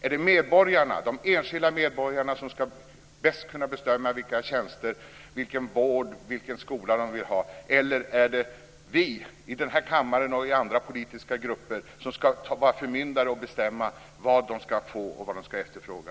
Är det medborgarna, de enskilda medborgarna, som bäst ska kunna bestämma vilka tjänster, vilken vård eller vilken skola de vill ha, eller är det vi i den här kammaren eller i andra politiska grupper som ska vara förmyndare och bestämma vad medborgarna ska få och vad de ska efterfråga?